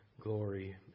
glory